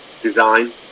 design